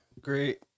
Great